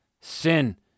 sin